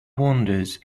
wanders